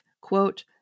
quote